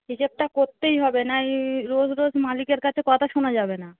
হিসেবটা করতেই হবে নয় রোজ রোজ মালিকের কাছে কথা শোনা যাবে না